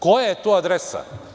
Koja je to adresa?